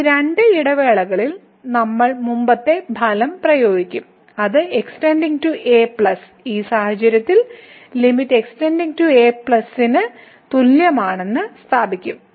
ഈ രണ്ട് ഇടവേളകളിൽ നമ്മൾ മുമ്പത്തെ ഫലം പ്രയോഗിക്കും അത് x → a ഈ സാഹചര്യത്തിൽ ന് തുല്യമാണെന്ന് സ്ഥാപിക്കും